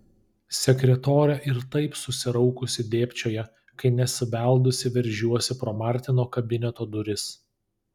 sekretorė ir taip susiraukusi dėbčioja kai nesibeldusi veržiuosi pro martino kabineto duris